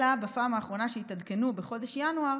אלא בפעם האחרונה שהם התעדכנו בחודש ינואר